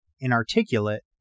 inarticulate